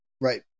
Right